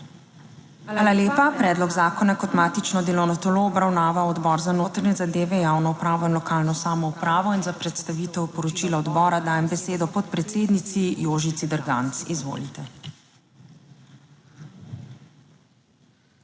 Hvala lepa. Predlog zakona je kot matično delovno telo obravnaval Odbor za notranje zadeve, javno upravo in lokalno samoupravo in za predstavitev poročila odbora dajem besedo članu odbora, Branku Zlobku. Izvolite.